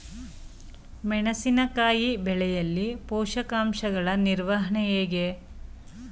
ಮೆಣಸಿನಕಾಯಿ ಬೆಳೆಯಲ್ಲಿ ಪೋಷಕಾಂಶಗಳ ನಿರ್ವಹಣೆ ಹೇಗೆ ಮಾಡುವಿರಿ?